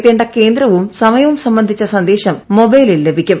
എത്തേണ്ട കേന്ദ്രവും സമയവും സംബന്ധിച്ച സന്ദേശം മൊബൈലിൽ ലഭിക്കും